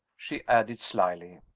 she added slyly.